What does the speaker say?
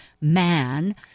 man